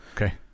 Okay